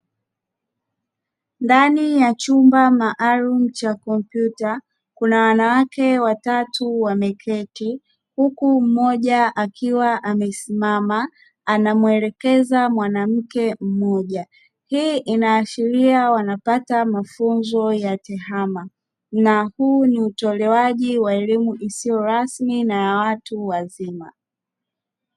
Ndani ya chumba maalumu cha kompyuta kuna wanawake watatu wameketi, huku mmoja akiwa amesimama anamuelekeza wanamke mmoja. Hii inaashiria wanapata mafunzo ya tehama na huu ni utolewaji wa elimu isiyo rasmi na ya watu wazima.